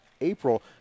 April